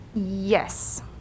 yes